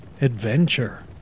adventure